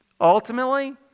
Ultimately